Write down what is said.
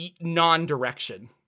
non-direction